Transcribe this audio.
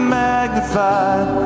magnified